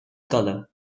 color